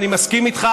ואני מסכים איתך.